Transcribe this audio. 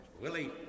Willie